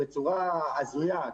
בצורה הזויה,